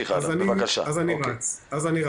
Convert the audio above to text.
אני רץ.